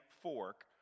fork